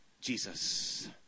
Jesus